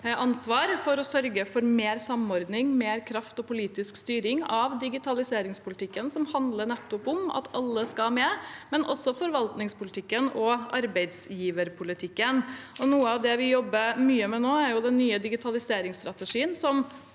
ansvar for å sørge for mer samordning, mer kraft og politisk styring av digitaliseringspolitikken, som handler nettopp om at alle skal med, men også forvaltningspolitikken og arbeidsgiverpolitikken. Noe av det vi jobber mye med nå, er den nye digitaliseringsstrategien, som